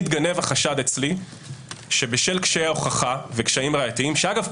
מתגנב החשד אצלי שבשל קשיי ההוכחה וקשיים ראייתיים שאגב,